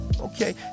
okay